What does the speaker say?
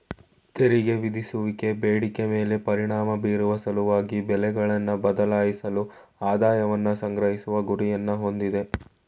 ತೆರಿಗೆ ವಿಧಿಸುವಿಕೆ ಬೇಡಿಕೆ ಮೇಲೆ ಪರಿಣಾಮ ಬೀರುವ ಸಲುವಾಗಿ ಬೆಲೆಗಳನ್ನ ಬದಲಾಯಿಸಲು ಆದಾಯವನ್ನ ಸಂಗ್ರಹಿಸುವ ಗುರಿಯನ್ನ ಹೊಂದಿದೆ